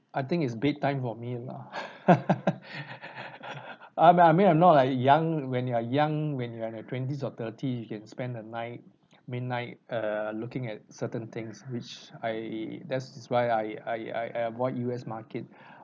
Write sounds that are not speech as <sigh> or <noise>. I think it's bedtime for me lah <laughs> I mean I mean I'm not like young when you're young when you're at your twenties or thirties you can spend the night midnight err looking at certain things which I that's why I I I avoid U_S market